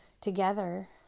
together